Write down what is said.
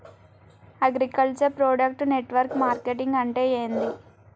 Agriculture product network marketing అంటే ఏంది?